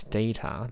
data